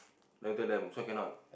then I tell them this one cannot